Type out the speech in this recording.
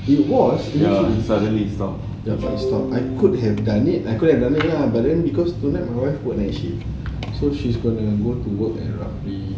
it was initially ya it stopped I could have done it I could have done it lah but then because tonight my wife works night shift so she's gonna go to work at roughly